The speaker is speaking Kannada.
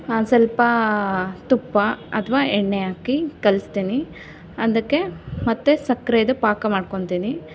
ಸ್ವಲ್ಪ ತುಪ್ಪ ಅಥವಾ ಎಣ್ಣೆ ಹಾಕಿ ಕಲಸ್ತೀನಿ ಅಂದಕ್ಕೆ ಮತ್ತೆ ಸಕ್ಕರೆದು ಪಾಕ ಮಾಡ್ಕೊಳ್ತೀನಿ